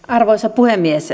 arvoisa puhemies